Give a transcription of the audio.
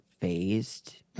phased